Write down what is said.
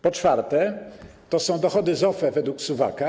Po czwarte, to są dochody z OFE według suwaka.